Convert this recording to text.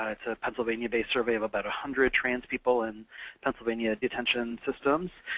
ah it's a pennsylvania-based survey of about a hundred trans people in pennsylvania detention systems.